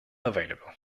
available